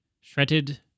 Shredded